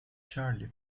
charlie